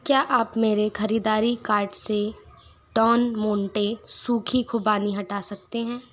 क्या आप मेरे ख़रीददारी कार्ट से डॉन मोंटे सूखी खुबानी हटा सकते हैं